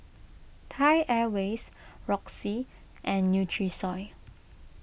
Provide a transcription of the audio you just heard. Thai Airways Roxy and Nutrisoy